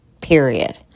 period